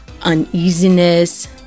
uneasiness